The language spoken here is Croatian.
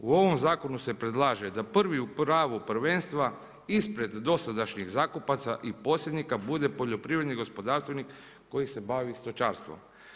U ovom zakonu se predlaže da prvi u pravu prvenstva ispred dosadašnjeg zakupaca i posjednika bude poljoprivredni gospodarstvenik koji se bavi stočarstvom.